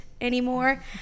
anymore